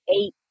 eight